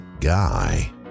guy